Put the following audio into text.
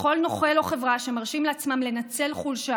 וכל נוכל או חברה שמרשים לעצמם לנצל חולשה